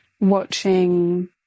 watching